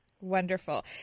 wonderful